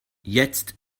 jetzt